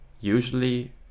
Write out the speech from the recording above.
usually